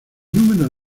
número